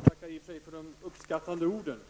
Fru talman! Jag tackar för de uppskattande orden.